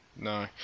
no